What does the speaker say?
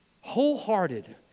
Wholehearted